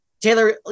Taylor